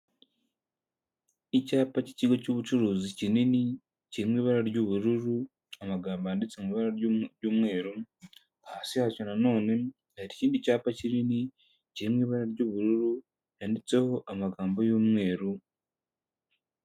Icyapa cy'ikigo cy'ubucuruzi kinini, kiri mu ibara ry'ubururu, amagambo yanditse mu ibara ry''umweru, hasi yacyo na none hari ikindi cyapa kinini kiri mu ibara ry'ubururu, cyanditseho amagambo y'umweru.